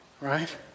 right